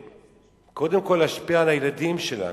וקודם כול להשפיע על הילדים שלנו.